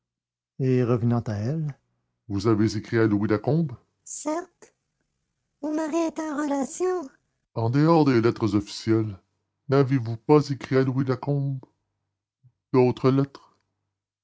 revenant à elle vous avez écrit à louis lacombe certes mon mari était en relations en dehors de ces lettres officielles n'avez-vous pas écrit à louis lacombe d'autre lettres